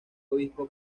obispo